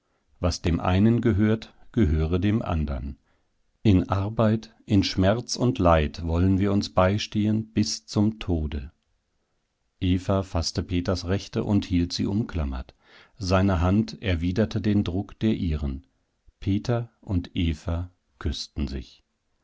was dem einen gehört gehöre dem andern in arbeit in schmerz und leid wollen wir uns beistehen bis zum tode eva faßte peters rechte und hielt sie umklammert seine hand erwiderte den druck der ihren peter und eva küßten sich